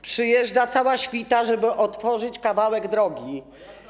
Przyjeżdża cała świta, żeby otworzyć kawałek drogi.